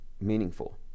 meaningful